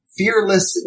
fearless